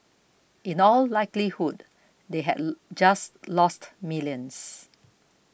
in all likelihood they had just lost millions